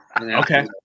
Okay